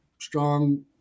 strong